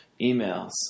emails